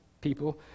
people